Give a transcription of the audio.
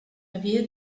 havia